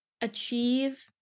achieve